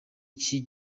iki